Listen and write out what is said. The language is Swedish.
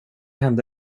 hände